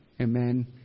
Amen